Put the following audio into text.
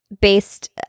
based